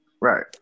Right